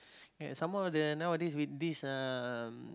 and some more the nowadays with this um